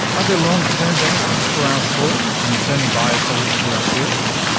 are there long-term benefits for our soil in returning biosolids to our fields?